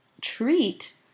treat